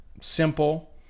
Simple